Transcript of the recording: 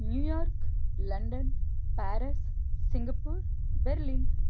New York London Paris Singapore Berlin